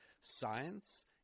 Science